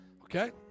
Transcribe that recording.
Okay